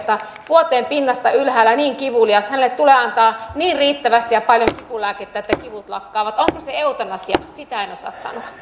vuoteen pinnasta ylhäällä niin kivulias hänelle tulee antaa niin riittävästi ja paljon kipulääkettä että kivut lakkaavat onko se eutanasia sitä en osaa sanoa